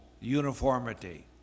uniformity